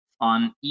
on